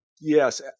Yes